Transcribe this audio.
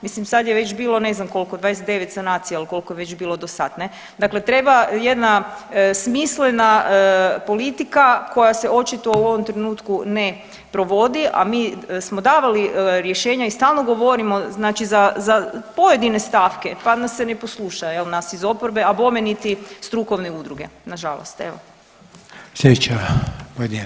Mislim sad je već bilo ne znam koliko, 29 sanacija il koliko je već bilo do sad, dakle treba jedna smislena politika koja se očito u ovom trenutku ne provodi, a mi smo davali rješenja i stalno govorimo za pojedine stavke pa nas se ne posluša nas iz oporbe, a bome niti strukovne udruge, nažalost.